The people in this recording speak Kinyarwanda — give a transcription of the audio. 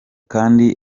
kandi